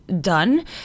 done